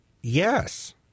yes